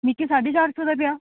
मिगी साढ़े चार सौ दा पेआ